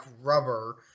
rubber